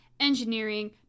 Engineering